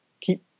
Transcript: keep